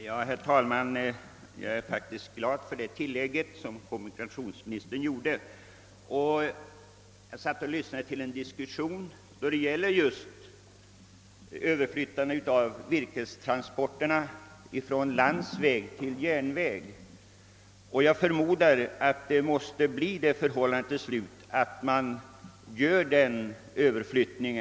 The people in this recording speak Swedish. Herr talman! Jag är glad över det tilllägg som kommunikationsministern gjorde. Nyligen lyssnade jag till en diskussion just om överflyttande av virkestransporterna från landsväg till järn väg, och jag förmodar att man till slut måste göra denna överflyttning.